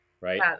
right